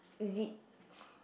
is it